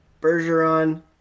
Bergeron